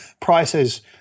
prices